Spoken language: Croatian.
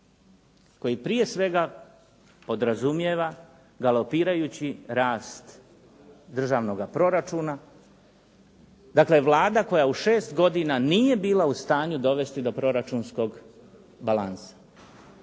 koji prije svega podrazumijeva galopirajući rast državnoga proračuna, dakle Vlada koja u 6 godina nije bila u stanju dovesti do proračunskog balansa.